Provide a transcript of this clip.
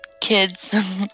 kids